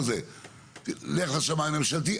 הלכנו לשמאי הממשלתי,